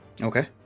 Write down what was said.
Okay